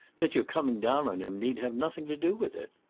that you're coming down on him need have nothing to do with it.